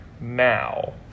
now